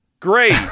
Great